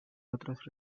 otros